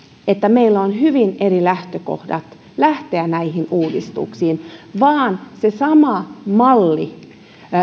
että meillä on hyvin eri lähtökohdat lähteä näihin uudistuksiin vaan se sama malli